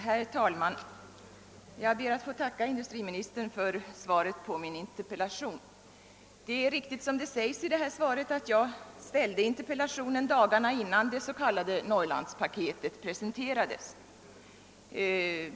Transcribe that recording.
Herr talman! Jag ber att få tacka industriministern för svaret på min interpellation. Det är riktigt som det sägs i svaret att jag framställde interpellationen dagarna innan det s.k. Norrlandspaketet presenterades.